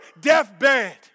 deathbed